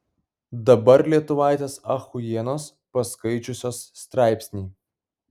dabar lietuvaitės achuienos paskaičiusios straipsnį